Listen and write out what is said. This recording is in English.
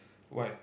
why